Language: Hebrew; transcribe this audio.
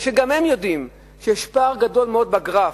מפני שגם הם יודעים שיש פער גדול מאוד בגרף,